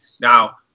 now